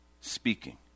speaking